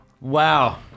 Wow